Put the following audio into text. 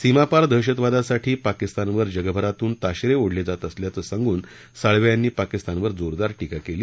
सीमापार दहशतवादासाठी पाकिस्तानवर जगभरातून ताशेरे ओढले जात असल्याचं सांगून साळवे यांनी पाकिस्तानवर जोरदार टीका केली